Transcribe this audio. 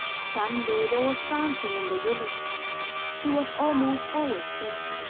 sunday there was dancing in the village she was almost always there.